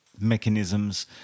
mechanisms